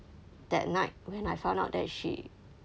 that night when I found out that she